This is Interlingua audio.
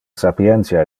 sapientia